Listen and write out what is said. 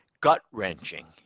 gut-wrenching